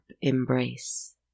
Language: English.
embrace